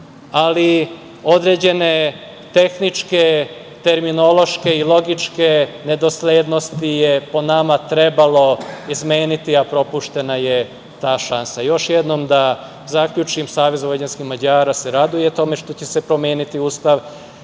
ali određene tehničke, terminološke i logičke nedoslednosti je, po nama, trebalo izmeniti, a propuštena je ta šansa. Još jednom da zaključim, SVM se raduje tome što će se promeniti Ustav,